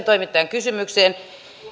toimittajan kysymykseen